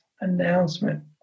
announcement